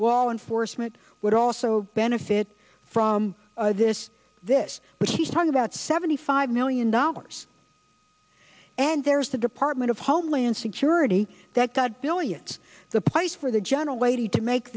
wall enforcement would also benefit from this this but she's talking about seventy five million dollars and there's the department of homeland security that got billions the price for the general way to make